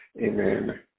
Amen